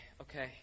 Okay